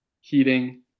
heating